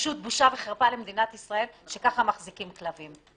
פשוט בושה וחרפה למדינת ישראל שככה מחזיקים כלבים.